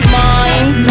mind